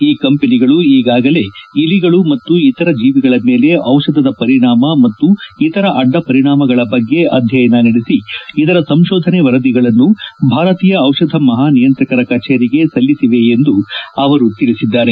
ಈ ಕಂಪನಿಗಳು ಈಗಾಗಲೇ ಇಲಿಗಳು ಮತ್ತು ಇತರ ಜೀವಿಗಳ ಮೇಲೆ ಔಷಧದ ಪರಿಣಾಮ ಮತ್ತು ಇತರ ಅಡ್ಡಪರಿಣಾಮಗಳ ಬಗ್ಗೆ ಅಧ್ಯಯನ ನಡೆಸಿ ಇದರ ಸಂಶೋಧನೆ ವರದಿಗಳನ್ನು ಭಾರತೀಯ ಔಷಧ ಮಹಾ ನಿಯಂತ್ರಕರ ಕಚೇರಿಗೆ ಸಲ್ಲಿಸಿವೆ ಎಂದು ಅವರು ತಿಳಿಸಿದ್ದಾರೆ